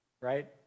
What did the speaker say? right